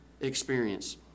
experience